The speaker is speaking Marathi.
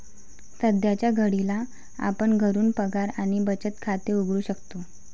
सध्याच्या घडीला आपण घरून पगार आणि बचत खाते उघडू शकतो